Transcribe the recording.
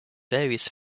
various